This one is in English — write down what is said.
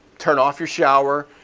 turn off your shower,